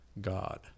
God